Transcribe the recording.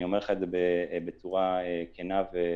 אני אומר את זה בצורה כנה ובאחריות.